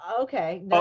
okay